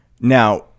Now